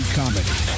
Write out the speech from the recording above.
comedy